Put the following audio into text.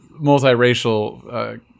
multiracial